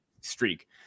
Streak